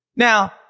Now